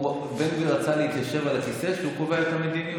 בן גביר רצה להתיישב על הכיסא כשהוא קובע את המדיניות.